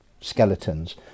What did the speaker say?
skeletons